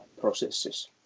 processes